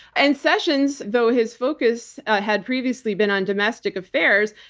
and sessions, though his focus had previously been on domestic affairs,